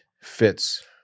fits